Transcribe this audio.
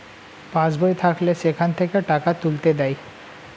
pass বই থাকলে সেখান থেকে টাকা তুলতে দেয়